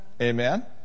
Amen